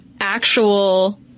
actual